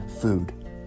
food